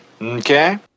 Okay